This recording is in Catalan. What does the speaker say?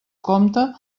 compte